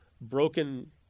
Broken